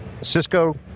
Cisco